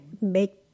make